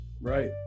Right